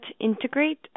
integrate